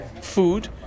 food